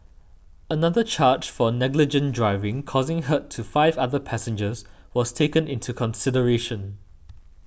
another charge for negligent driving causing hurt to five other passengers was taken into consideration